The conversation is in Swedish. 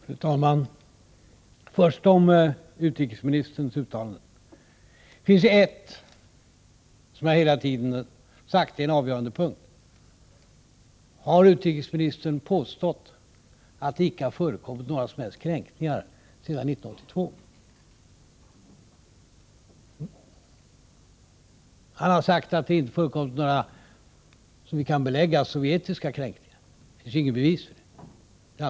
Fru talman! Först vill jag säga något om utrikesministerns uttalanden. Det finns, som jag hela tiden har sagt, en avgörande punkt. Har utrikesministern påstått att det icke har förekommit några som helst kränkningar sedan 1982? Han har sagt att det inte har förekommit några som vi kan belägga som sovjetiska kränkningar — det finns ju inga bevis för det.